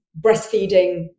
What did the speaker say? breastfeeding